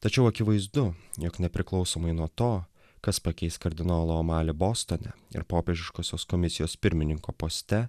tačiau akivaizdu jog nepriklausomai nuo to kas pakeis kardinolą amalį bostone ir popiežiškosios komisijos pirmininko poste